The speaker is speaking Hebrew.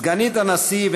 סגנית הנשיא,